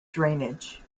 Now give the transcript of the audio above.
drainage